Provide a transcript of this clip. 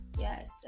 Yes